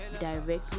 directly